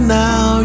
now